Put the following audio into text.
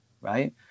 right